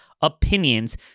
opinions